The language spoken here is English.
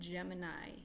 Gemini